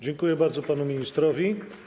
Dziękuję bardzo panu ministrowi.